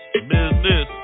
Business